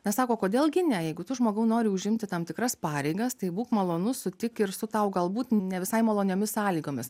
na sako kodėl gi ne jeigu tu žmogau nori užimti tam tikras pareigas tai būk malonus sutik ir su tau galbūt ne visai maloniomis sąlygomis